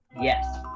yes